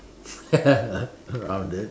crowded